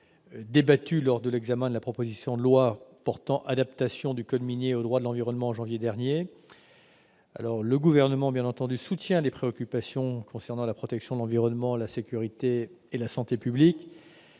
qui a été débattue lors de l'examen de la proposition de loi portant adaptation du code minier au droit de l'environnement, en janvier dernier. Le Gouvernement partage les préoccupations relatives à la protection de l'environnement, de la sécurité et de la santé publiques.